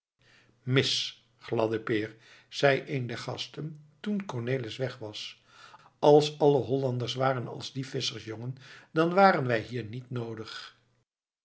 mis gladde peer zeide een der gasten toen cornelis weg was als alle hollanders waren als die visschersjongen dan waren wij hier niet noodig